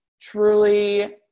truly